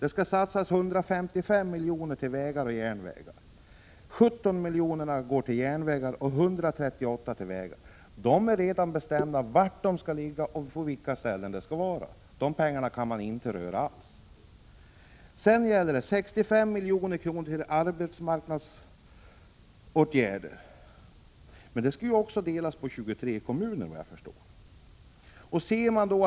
155 miljoner skall satsas på vägar och järnvägar. 17 miljoner går till järnvägar och 138 miljoner går till vägar. Det är redan bestämt var vägarna skall ligga och till vilka ställen pengarna skall gå. De pengarna kan man inte alls röra. Sedan går 65 miljoner till arbetsmarknadsåtgärder. Men dessa pengar skall delas på 23 kommuner, vad jag kan förstå.